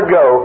go